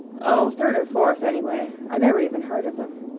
oh, third or fourth, anyway. i never even heard of them.